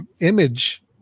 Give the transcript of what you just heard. image